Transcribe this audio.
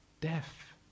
death